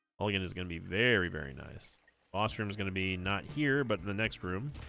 all again is gonna be very very nice ostrom is gonna be not here but in the next room